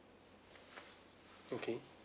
okay